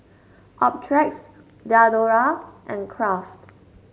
Optrex Diadora and Kraft